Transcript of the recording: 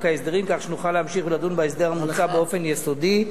ההסדרים כך שנוכל להמשיך לדון בהסדר המוצע באופן יסודי,